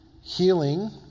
healing